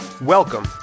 Welcome